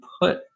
put